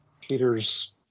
Peter's